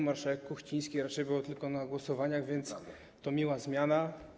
Marszałek Kuchciński raczej był tylko na głosowaniach, więc to miła zmiana.